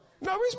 no